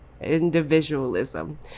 Individualism